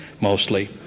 mostly